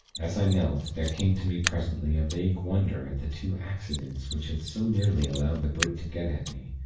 as i knelt, there came to me presently, a vague wonder at the two accidents which had so nearly allowed the brute to get at me.